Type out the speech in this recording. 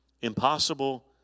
Impossible